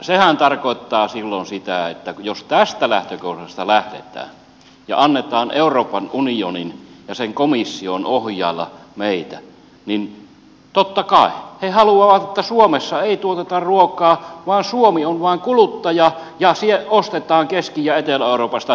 sehän tarkoittaa silloin sitä että jos tästä lähtökohdasta lähdetään ja annetaan euroopan unionin ja sen komission ohjailla meitä niin totta kai he haluavat että suomessa ei tuoteta ruokaa vaan suomi on vain kuluttaja ja ostetaan keski ja etelä euroopasta ruoka tänne